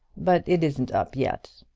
but it isn't up yet.